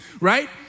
Right